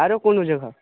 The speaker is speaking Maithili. आरो कोनो जगह